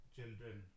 children